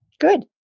Good